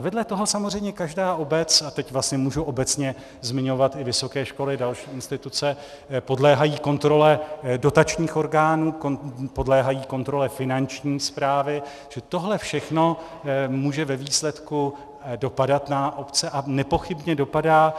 Vedle toho samozřejmě každá obec, a teď vlastně můžu obecně zmiňovat i vysoké školy, další instituce, podléhají kontrole dotačních orgánů, podléhají kontrole Finanční správy, že tohle všechno může ve výsledku dopadat na obce, a nepochybně dopadá.